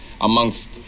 amongst